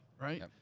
right